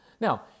Now